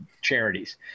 charities